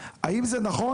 האם זה נכון?